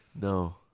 No